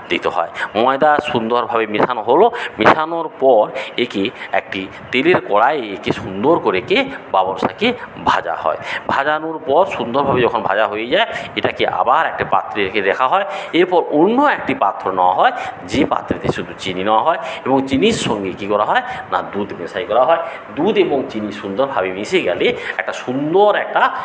দিতে হয় ময়দা সুন্দরভাবে মেশানো হলো মেশানোর পর একে একটি তেলের কড়াইয়ে একে সুন্দর করে একে বাবরসাকে ভাজা হয় ভাজানোর পর সুন্দরভাবে যখন ভাজা হয় যায় এটাকে আবার একটা পাত্রে একে রাখা হয় এরপর অন্য একটি পাত্র নেওয়া হয় যে পাত্রে শুধু চিনি নেওয়া হয় এবং চিনির সঙ্গে কি করা হয় না দুধ মেশাই করা হয় দুধ এবং চিনি সুন্দরভাবে মিশে গেলে একটা সুন্দর একটা